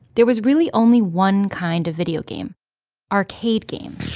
there was really only one kind of video game arcade games